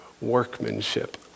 workmanship